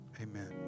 Amen